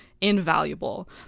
invaluable